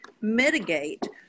mitigate